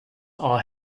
are